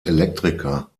elektriker